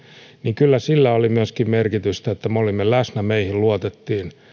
niin kyllä sillä oli myöskin merkitystä että me olimme läsnä meihin luotettiin